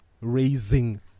raising